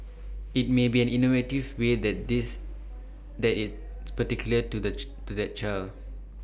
IT may be an innovative way that this that is particular to that to that child